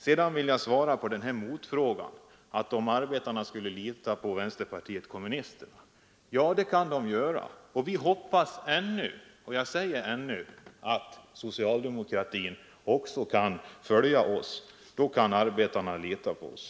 Slutligen vill jag svara på den motfråga som här framställdes huruvida arbetarna kunde lita på vänsterpartiet kommunisterna. Ja, det kan de göra. Och vi hoppas ännu — jag säger ännu — att socialdemokratin också följer oss. Då kan arbetarna lita på oss.